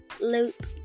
loop